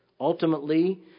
Ultimately